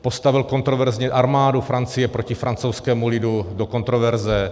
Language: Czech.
Postavil kontroverzně armádu Francie proti francouzskému lidu do kontroverze.